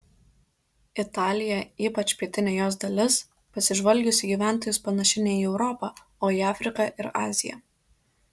italija ypač pietinė jos dalis pasižvalgius į gyventojus panaši ne į europą o į afriką ir aziją